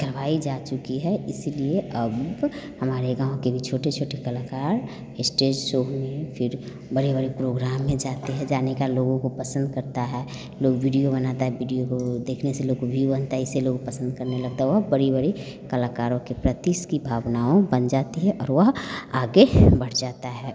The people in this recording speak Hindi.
करवाई जा चुकी है इसलिए अब हमारे गाँव के भी छोटे छोटे कलाकार स्टेज शो में फिर बड़े बड़े प्रोग्राम में जाते हैं जाने का लोगों को पसंद करते हैं लोग विडियो बनाता है विडियो को देखने से भ्यू बनता इसीलिए लोग पसंद करने लगता और बड़े बड़े कलाकारों के प्रति उसकी भावनाएं बन जाती हैं और वह आगे बढ़ जाता है